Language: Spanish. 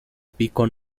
pico